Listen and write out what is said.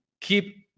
Keep